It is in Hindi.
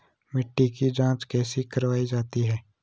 मिट्टी की जाँच कैसे करवायी जाती है?